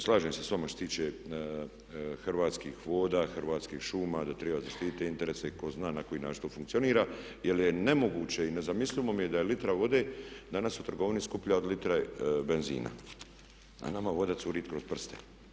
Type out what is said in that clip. Slažem se s vama što se tiče Hrvatskih voda, Hrvatskih šuma da treba zaštiti interese i tko zna na koji način to funkcionira jer je nemoguće i nezamislivo mi je da je litra vode danas u trgovini skuplja od litre benzina a nama voda curi kroz prste.